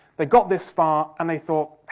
they got this far and they thought,